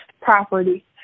property